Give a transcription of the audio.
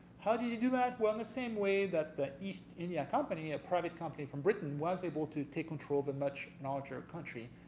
how did he do that? well in the same way that the east india company, a private company from britain, was able to take control of a much larger country,